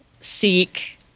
seek